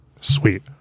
Sweet